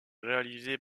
réalisée